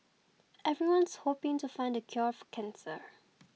everyone's hoping to find the cure for cancer